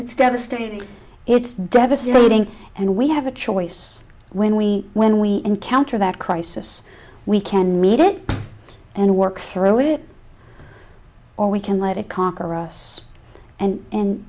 it's devastating it's devastating and we have a choice when we when we encounter that crisis we can meet it and work through it or we can let it conquer us and